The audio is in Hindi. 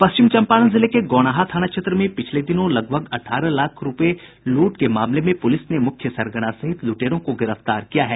पश्चिम चंपारण जिले के गौनाहा थाना क्षेत्र में पिछले दिनों लगभग अठारह लाख रुपये की लूट के मामले में पुलिस ने मुख्य सरगना सहित लुटेरों को गिरफ्तार किया है